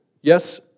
yes